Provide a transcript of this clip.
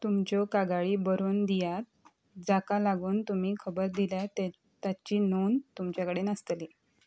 तुमच्यो कागाळी बरोवन दियात जाका लागून तुमी खबर दिल्यात तेच् ताची नोंद तुमचे कडेन आसतली